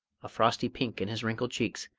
a frosty pink in his wrinkled cheeks,